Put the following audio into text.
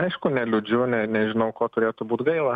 aišku neliūdžiu ne nežinau ko turėtų būt gaila